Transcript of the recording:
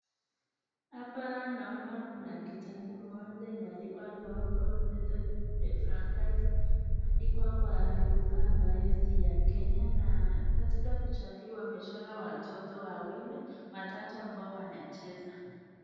Hapa naona kuna kitabu moja imeandikwa Longhorn Methode de Francais . Imeandikwa kwa lugha ambayo si ya Kenya na katika picha hii wamechora watoto wawili, watatu ambao wanacheza.